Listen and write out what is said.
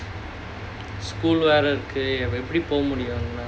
school வேற இருக்கு எப்படி போக முடியும்:vera irukku epdi poga mudiyum